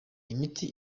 imiti